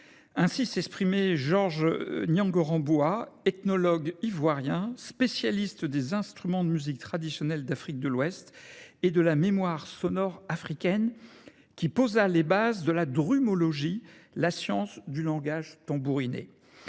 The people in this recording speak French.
Ainsi s'exprimait Georges Niangoramboua, ethnologue ivoirien, spécialiste des instruments de musique traditionnels d'Afrique de l'Ouest et de la mémoire sonore africaine qui posa les bases de la drumologie, la science du langage tambouriné.